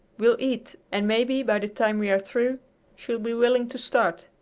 we'll eat, and maybe by the time we are through she'll be willing to start.